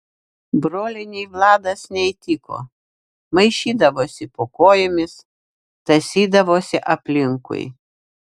brolienei vladas neįtiko maišydavosi po kojomis tąsydavosi aplinkui